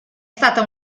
stata